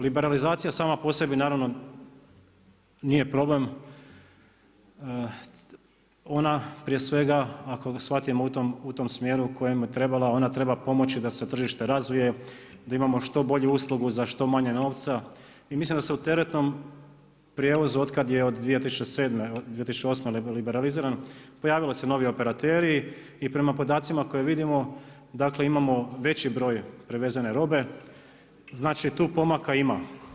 Liberalizacija sama po sebi na ravno, nije problem, ona prije svega ako shvatimo u tom smjeru kojem je trebala, ona treba pomoći da se tržište razvije, da imamo što bolju uslugu za što manje novca i mislim da se u teretnom prijevozu otkad je od 2007., 2008. liberaliziran, pojavili su se novi operateri i prema podacima koje vidimo dakle, imamo veći broj prevezen robe, znači tu pomaka ima.